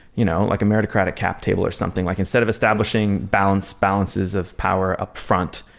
you know like a meritocratic cap table or something. like instead of establishing balances balances of power upfront,